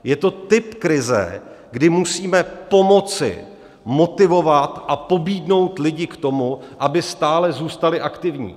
Je to typ krize, kdy musíme pomoci motivovat a pobídnout lidi k tomu, aby stále zůstali aktivní.